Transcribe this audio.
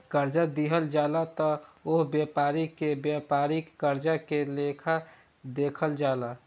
कर्जा दिहल जाला त ओह व्यापारी के व्यापारिक कर्जा के लेखा देखल जाला